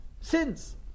sins